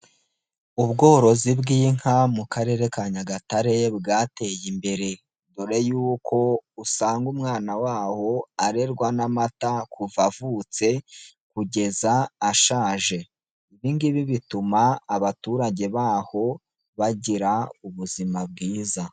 Ubworozi bw'inka mu karere ka Nyagatare bwateye imbere, dore yuko usanga umwana waho arerwa n'amata kuva avutse kugeza ashaje, ibingibi bituma abaturage baho bagira ubuzima bwiza.